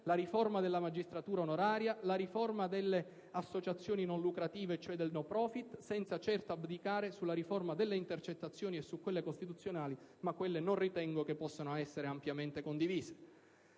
la riforma della magistratura onoraria, la riforma delle associazioni non lucrative, cioè del *no profit*, senza certo abdicare sulla riforma delle intercettazioni e su quelle costituzionali (ma quelle non ritengo possano essere ampiamente condivise).